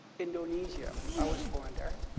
indonesia, i was born there.